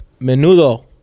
Menudo